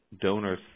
donors